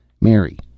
Mary